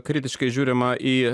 kritiškai žiūrima į